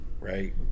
right